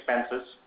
expenses